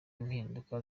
impinduka